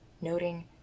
noting